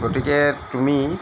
গতিকে তুমি